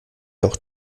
auch